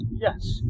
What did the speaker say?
Yes